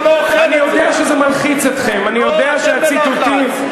אני יודע שזה מלחיץ אתכם.